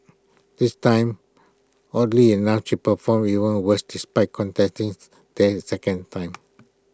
this time oddly enough she performed even worse despite contesting there A second time